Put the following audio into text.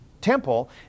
temple